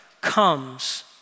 comes